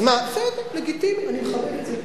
בסדר, לגיטימי, אני מכבד את זה.